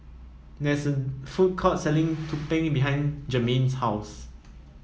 there is an food court selling Tumpeng behind Germaine's house